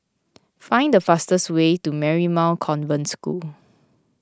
find the fastest way to Marymount Convent School